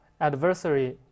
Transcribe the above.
Adversary